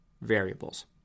variables